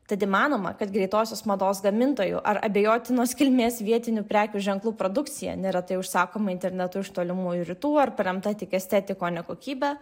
tad įmanoma kad greitosios mados gamintojų ar abejotinos kilmės vietinių prekių ženklų produkcija neretai užsakoma internetu iš tolimųjų rytų ar paremta tik estetika o ne kokybe